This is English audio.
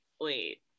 wait